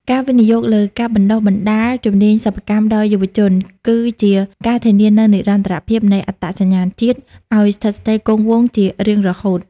ការវិនិយោគលើការបណ្ដុះបណ្ដាលជំនាញសិប្បកម្មដល់យុវជន គឺជាការធានានូវនិរន្តរភាពនៃអត្តសញ្ញាណជាតិ ឱ្យស្ថិតស្ថេរគង់វង្សជារៀងរហូត។